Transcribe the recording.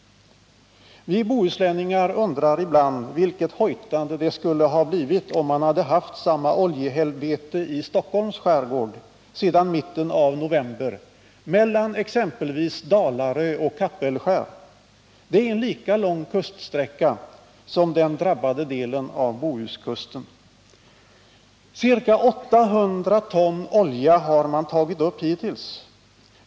Vi bohuslänningar undrar ibland vilket hojtande det skulle ha blivit om man haft samma oljehelvete i Stockholms skärgård sedan mitten av november mellan exempelvis Dalarö och Kapellskär. Det är en lika lång kuststräcka som den drabbade delen av Bohuskusten. Ca 800 ton olja har man tagit upp hittills.